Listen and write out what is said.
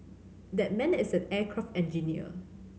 that man is an aircraft engineer